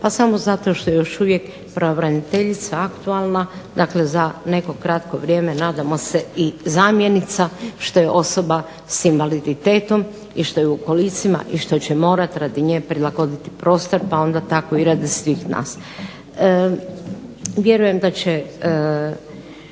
pa samo zato što još uvijek pravobraniteljica aktualna. Dakle, za neko kratko vrijeme nadamo se i zamjenica što je osoba s invaliditetom i što je u kolicima i što će morati radi nje prilagoditi prostor pa onda tako i radi svih nas. Vjerujem da će